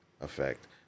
effect